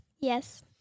Yes